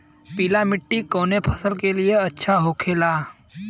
पीला मिट्टी कोने फसल के लिए अच्छा होखे ला?